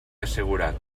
assegurat